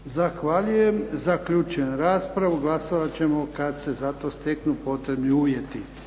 Zahvaljujem. Zaključujem raspravu. Glasovat ćemo kad se za to steknu potrebni uvjeti.